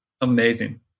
Amazing